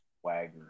Swagger